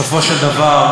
בסופו של דבר,